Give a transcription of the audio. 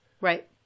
Right